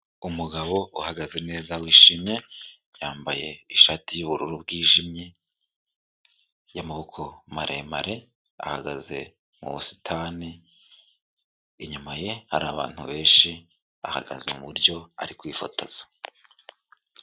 Umugabo uhagaze neza wishimye, yambaye ishati y'ubururu bwijimye y'amaboko maremare, ahagaze mu busitani, inyuma ye hari abantu benshi, ahagaze mu buryo ari kwifotoza.